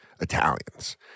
Italians